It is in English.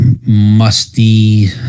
musty